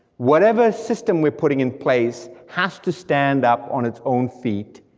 whatever system we're putting in place has to stand up on its own feet,